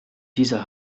dieser